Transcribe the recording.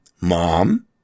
Mom